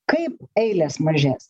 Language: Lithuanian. kaip eilės mažės